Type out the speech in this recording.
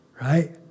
right